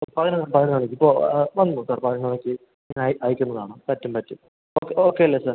പതിനൊന്ന് പതിനൊന്ന് മണിക്ക് ഇപ്പോൾ വന്നോ സാർ കേട്ടോ പതിനൊന്ന് മണിക്ക് ഞാൻ അയക്കുന്നതാണ് പറ്റും പറ്റും ഓക്കെ ഓക്കെ അല്ലേ സാർ